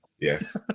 yes